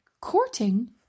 Courting